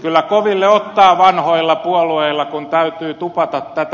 kyllä koville ottaa vanhoilla puolueilla kun täytyy tupata tätä